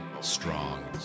strong